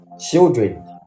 Children